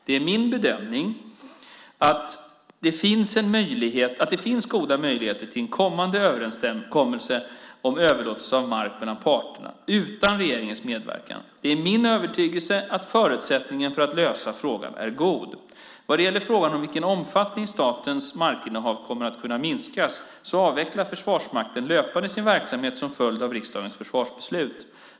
Det är min bedömning att det finns goda möjligheter till en kommande överenskommelse om överlåtelse av mark mellan parterna utan regeringens medverkan. Det är min övertygelse att förutsättningen för att lösa frågan är god. Vad gäller frågan om med vilken omfattning statens markinnehav kommer att kunna minska så avvecklar Försvarsmakten löpande sin verksamhet som följd av riksdagens försvarsbeslut.